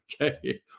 Okay